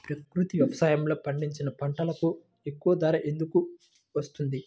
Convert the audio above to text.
ప్రకృతి వ్యవసాయములో పండించిన పంటలకు ఎక్కువ ధర ఎందుకు వస్తుంది?